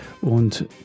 Und